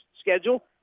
schedule